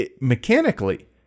mechanically